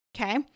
Okay